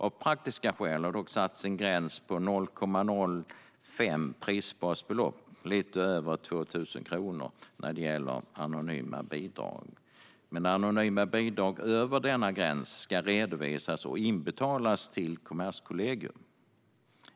Av praktiska skäl har det satts en gräns på 0,05 prisbasbelopp, det vill säga lite över 2 000 kronor, för anonyma bidrag. Anonyma bidrag över denna gräns ska redovisas och inbetalas till Kommerskollegium.